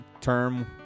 term